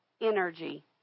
energy